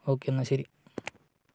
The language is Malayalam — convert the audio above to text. ഓക്കെ എന്നാല് ശരി